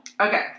okay